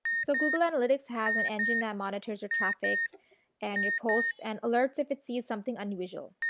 so google analytics has an engine that monitors your traffic and your posts and alerts if it sees something unusual.